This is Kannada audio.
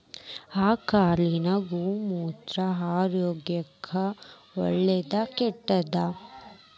ಆಕಳಿನ ಗೋಮೂತ್ರ ಆರೋಗ್ಯಕ್ಕ ಒಳ್ಳೆದಾ ಕೆಟ್ಟದಾ?